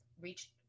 reached